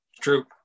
True